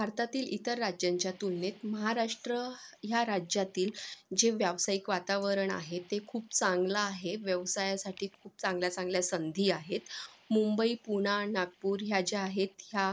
भारतातील इतर राज्यांच्या तुलनेत महाराष्ट्र ह्या राज्यातील जे व्यावसायिक वातावरण आहे ते खूप चांगलं आहे व्यवसायासाठी खूप चांगल्या चांगल्या संधी आहेत मुंबई पुणे नागपूर ह्या ज्या आहेत ह्या